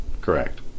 correct